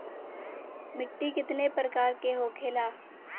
मिट्टी कितने प्रकार के होखेला?